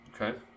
Okay